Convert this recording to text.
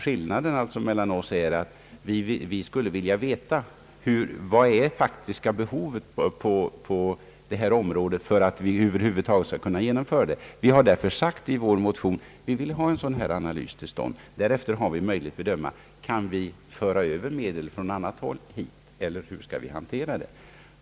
Skillnaden mellan oss är att vi reservanter skulle vilja veta vad det faktiska behovet på detta område är för att vi över huvud taget skall kunna genomföra denna reform. I vår motion har vi därför sagt att vi vill ha en analys av behovet till stånd. Därefter har vi möjlighet att bedöma om medel kan överflyttas från det ena eller andra hållet, eller hur man i övrigt skall handlägga denna fråga.